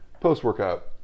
post-workout